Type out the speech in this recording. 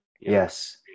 Yes